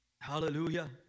Hallelujah